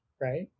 right